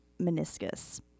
meniscus